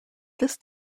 this